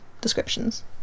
descriptions